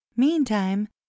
Meantime